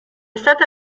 stata